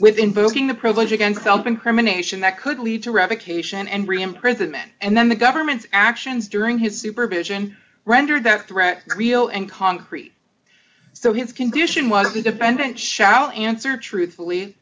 with invoking the privilege against self incrimination that could lead to revocation and re imprisonment and then the government's actions during his supervision rendered that threat real and concrete so his condition was independent shall answer truthfully